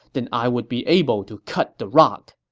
then i would be able to cut the rock.